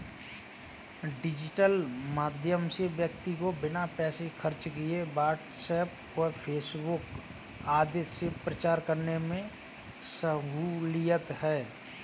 digital माध्यम से व्यक्ति को बिना पैसे खर्च किए व्हाट्सएप व फेसबुक आदि से प्रचार करने में सहूलियत है